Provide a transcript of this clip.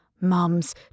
Mums